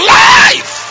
life